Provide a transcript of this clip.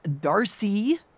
Darcy